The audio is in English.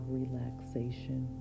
relaxation